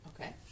Okay